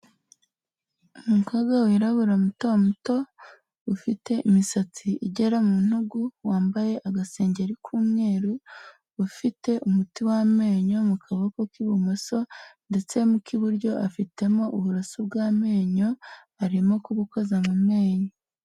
Umukobwa wirabura muto muto ufite imisatsi igera mu ntugu, wambaye agasengeri k'umweru, ufite umuti w'amenyo mu kaboko k'ibumoso ndetse mu k'iburyo afitemo uburaso bw'amenyo arimo kubakoza mu menyo.